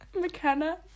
McKenna